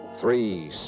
Three